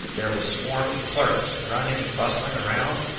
there was swarms of clerks, running and bustling around,